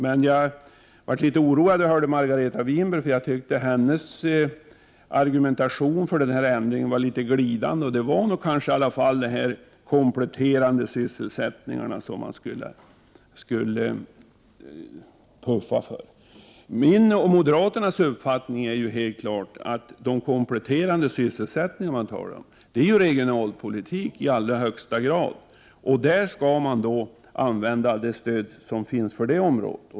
Men jag blev litet oroad när jag hörde Margareta Winberg, för jag tyckte att hennes argumentation för den här ändringen var litet glidande. Det var kanske i alla fall de här kompletterande sysselsättningarna som man skulle puffa för. Min och moderaternas uppfattning är ju att de kompletterande sysselsättningar som man talar om avser regionalpolitik i allra högsta grad. Då skall man använda det stöd som finns för det området.